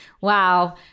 wow